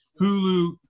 Hulu